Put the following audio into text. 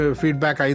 feedback